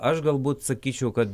aš galbūt sakyčiau kad